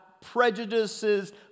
prejudices